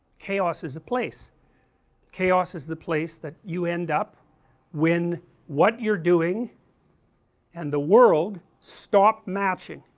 chaos is a place chaos is the place that you end up when what you are doing and the world stop matching,